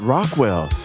Rockwell